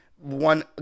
one